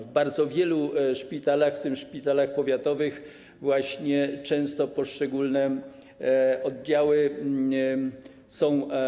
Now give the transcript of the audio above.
W bardzo wielu szpitalach, w tym w szpitalach powiatowych, często poszczególne oddziały są.